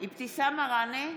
אבתיסאם מראענה,